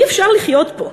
אי-אפשר לחיות פה.